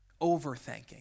Overthinking